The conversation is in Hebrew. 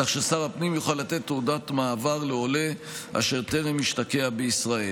כך ששר הפנים יוכל לתת תעודות מעבר לעולה אשר טרם השתקע בישראל.